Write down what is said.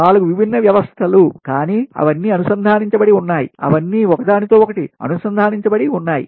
4 విభిన్న వ్యవస్థలు కానీ అవన్నీ అనుసంధానించబడి ఉన్నాయి అవన్నీ ఒకదానితో ఒకటి అనుసంధానించబడి ఉన్నాయి